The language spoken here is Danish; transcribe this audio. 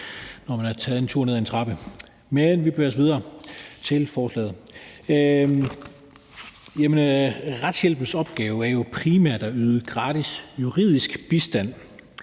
når man har taget en tur ned ad en trappe. Men vi bevæger os videre til forslaget. Retshjælpens opgave er jo primært at yde gratis juridisk bistand.